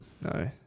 No